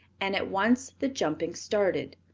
and at once the jumping started.